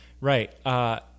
Right